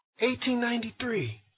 1893